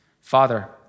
Father